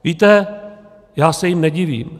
Víte, já se jim nedivím.